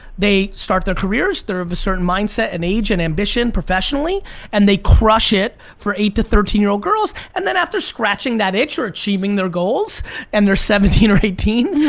they start their careers, they're of a certain mindset and age and ambition professionally and they crush it for eight to thirteen year old girls and then after scratching that itch or achieving their goals and they're seventeen or eighteen,